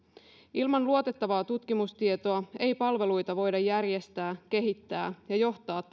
ilman luotettavaa tutkimustietoa ei palveluita voida järjestää kehittää ja johtaa